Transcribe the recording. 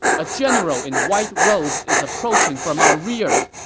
a general in white robes is approaching from our rear!